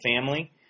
family